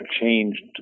changed